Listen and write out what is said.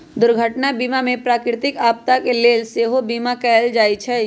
दुर्घटना बीमा में प्राकृतिक आपदा के लेल सेहो बिमा कएल जाइ छइ